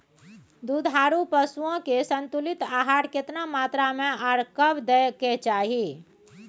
दुधारू पशुओं के संतुलित आहार केतना मात्रा में आर कब दैय के चाही?